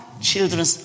children